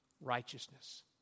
righteousness